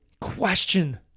question